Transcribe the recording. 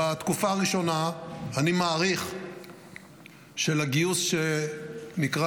בתקופה הראשונה אני מעריך שלגיוס שנקרא